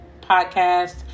podcast